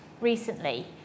recently